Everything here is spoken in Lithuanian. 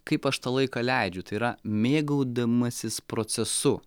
kaip aš tą laiką leidžiu tai yra mėgaudamasis procesu